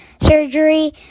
surgery